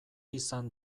izan